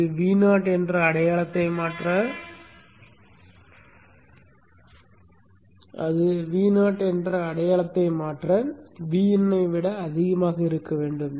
அது Vo என்ற அடையாளத்தை மாற்ற Vin ஐ விட அதிகமாக இருக்க வேண்டும்